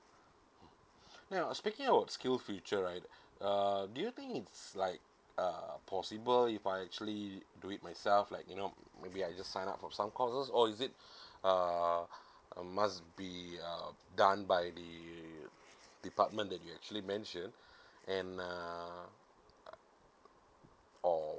ya speaking about skill future right uh do you think it's like uh possible if I actually do it myself like you know maybe I just sign up for some courses or is it uh uh must be uh done by the department that you actually mention and uh or